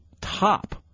top